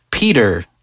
Peter